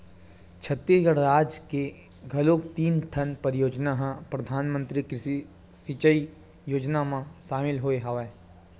छत्तीसगढ़ राज के घलोक तीन ठन परियोजना ह परधानमंतरी कृषि सिंचई योजना म सामिल होय हवय